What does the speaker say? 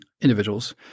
individuals